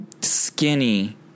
skinny